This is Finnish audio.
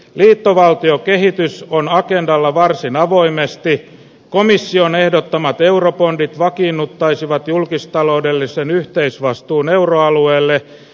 liittovaltiokehitys on agendalla varsin avoimesti komission ehdottamat eurobondit vakiinnuttaisivät julkistaloudellisen yhteisvastuun euroalueelle